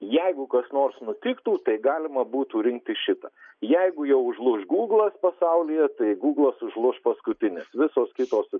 jeigu kas nors nutiktų tai galima būtų rinktis šitą jeigu jau užlūš gūglas pasaulyje tai gūglas užlūš paskutinis visos kitos